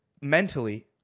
mentally